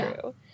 true